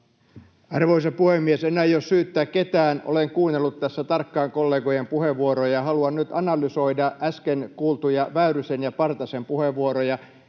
Arvoisa puhemies! En aio syyttää ketään. Olen kuunnellut tässä tarkkaan kollegojen puheenvuoroja ja haluan nyt analysoida äsken kuultuja Väyrysen ja Partasen puheenvuoroja.